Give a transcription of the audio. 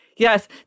Yes